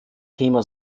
thema